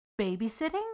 Babysitting